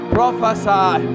Prophesy